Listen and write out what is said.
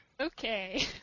okay